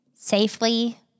safely